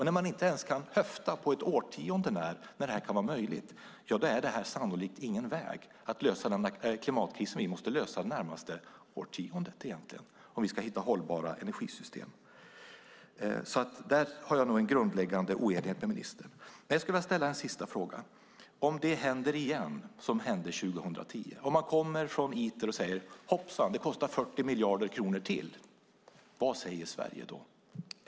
När man inte ens kan höfta på ett årtionde när då detta kan vara möjligt, då är detta sannolikt ingen väg att lösa den klimatkris som vi egentligen måste lösa under det närmaste årtiondet om vi ska hitta hållbara energisystem. Där är nog jag och ministern i grunden oeniga. Jag skulle vilja ställa en sista fråga. Om det som hände 2010 händer igen, om man kommer från Iter och säger att det kostar 40 miljarder kronor till, vad säger Sverige då?